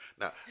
Now